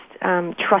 trust